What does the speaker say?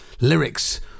lyrics